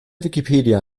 wikipedia